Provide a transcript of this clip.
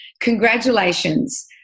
congratulations